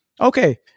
okay